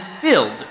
filled